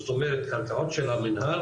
זאת אומרת קרקעות של המנהל,